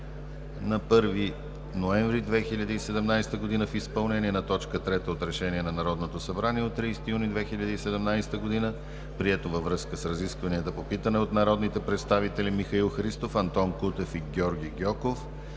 На 1 ноември 2017 г. в изпълнение на т. 3 от Решение на Народното събрание от 30 юни 2017 г., прието във връзка с разискванията по питане от народните представители Михаил Христов, Антон Кутев и Георги Гьоков